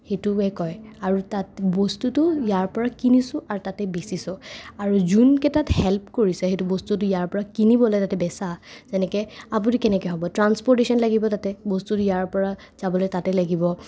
সেইটোৱে কয় আৰু তাত বস্তুটোতো ইয়াৰ পৰা কিনিছো আৰু তাতে বেচিছো আৰু যোনকেইটাত হেল্প কৰিছে সেইটো বস্তুটোতো ইয়াৰ পৰা কিনিবলে যাতে বেচা যেনেকে আপুনি কেনেকে হ'ব ট্ৰাঞ্চপৰ্টেশ্যন লাগিব তাতে বস্তুটো ইয়াৰ পৰা যাবলে তাতে লাগিব